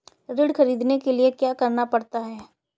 ऋण ख़रीदने के लिए क्या करना पड़ता है?